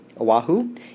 Oahu